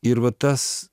ir va tas